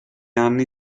anni